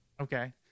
Okay